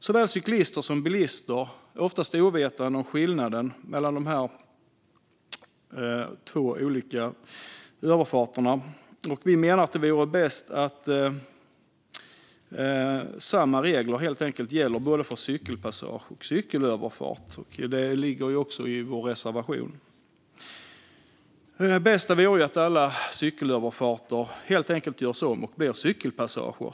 Såväl cyklister som bilister är ofta ovetande om skillnaden mellan dessa två olika överfarter, och vi menar att det vore bäst om samma regler gällde för cykelpassage och cykelöverfart. Det finns också i vår reservation. Det bästa vore om alla cykelöverfarter helt enkelt gjordes om och blev cykelpassager.